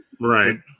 Right